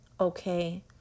okay